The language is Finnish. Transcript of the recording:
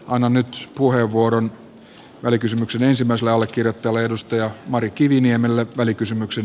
annan nyt puheenvuoron välikysymyksen ensimmäiselle allekirjoittajalle mari kiviniemelle välikysymyksen